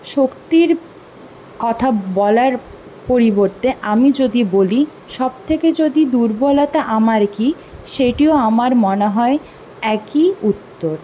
শক্তির কথা বলার পরিবর্তে আমি যদি বলি সবথেকে যদি দুর্বলতা আমার কী সেটিও আমার মনে হয় একই উত্তর